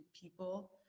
people